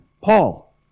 Paul